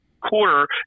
quarter